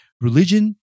religion